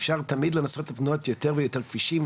אפשר תמיד לנסות לבנות יותר ויותר כבישים,